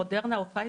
מודרנה ופייזר?